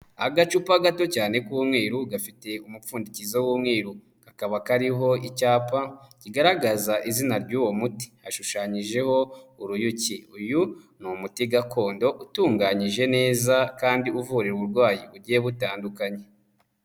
Agacupa gato cyane k'umweru gafite umupfundikizo w'umweru, kakaba kariho icyapa kigaragaza izina ry'uwo muti hashushanyijeho uruyuki, uyu ni umuti gakondo utunganyije neza kandi uvura uburwayi bugiye butandukanye.